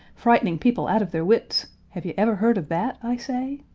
frightening people out of their wits have you ever heard of that, i say?